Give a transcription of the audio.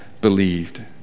believed